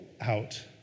Out